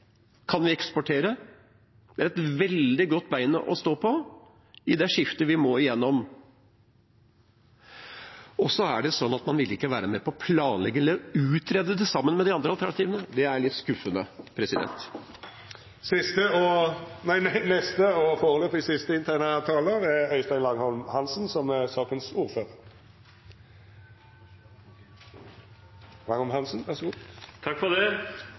kan vi eksportere, det er et veldig godt bein å stå på i det skiftet vi må igjennom. Og så er det slik at man vil ikke være med på å planlegge eller utrede det, sammen med de andre alternativene – det er litt skuffende. Jeg vil gjerne kommentere Nævras utsagn. Han snakker mye om teknologiutvikling. Det skjer, som statsråden sa, stor teknologiutvikling i broløsningene både for